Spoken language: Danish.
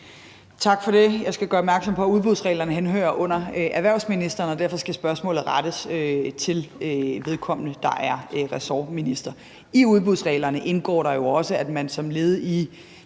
Tak for det. Jeg skal gøre opmærksom på, at udbudsreglerne henhører under erhvervsministeren, og at spørgsmålet derfor skal rettes til vedkommende, der er ressortminister. I udbudsreglerne indgår der jo også, at man som led i,